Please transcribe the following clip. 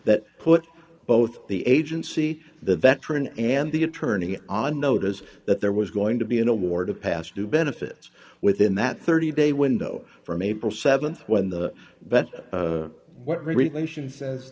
that put both the agency the veteran and the attorney on notice that there was going to be an award of past due benefits within that thirty day window from april th when the but what relation says